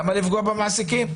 למה לפגוע במעסיקים?